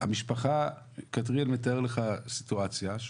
כתריאל מתאר לך סיטואציה.